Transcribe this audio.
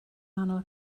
nghanol